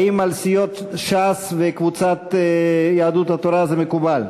האם על סיעות ש"ס וקבוצת יהדות התורה זה מקובל?